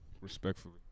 Respectfully